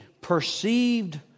perceived